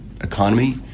economy